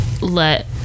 let